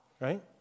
right